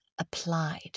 applied